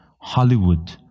Hollywood